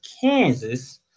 Kansas